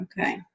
Okay